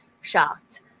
shocked